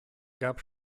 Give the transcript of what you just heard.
gab